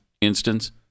instance